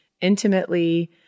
intimately